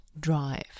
drive